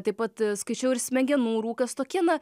taip pat skaičiau ir smegenų rūkas tokie na